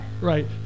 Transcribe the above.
Right